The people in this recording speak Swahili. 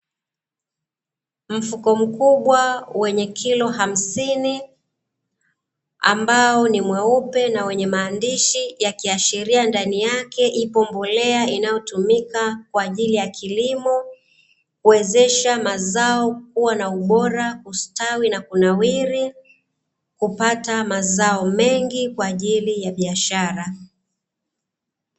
Mfuko mkubwa wenye kilo hamsini, ambao ni mweupe na wenye maandishi yakiashiria ndani yake ipo mbolea inayotumika kwa ajili ya kilimo, kuwezesha mazao kuwa na ubora kusitawi na kunawiri, kupata mazao mengi kwa ajili ya biashara.